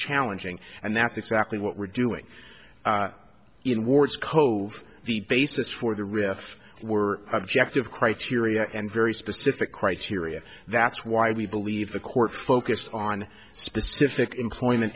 challenging and that's exactly what we're doing in wars cove the basis for the rift we're objective criteria and very specific criteria that's why we believe the court focused on specific